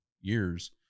years